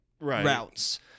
routes